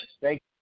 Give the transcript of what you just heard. thank